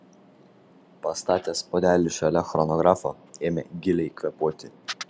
pastatęs puodelį šalia chronografo ėmė giliai kvėpuoti